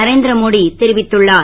நரேந்திரமோடி தெரிவித்துள்ளார்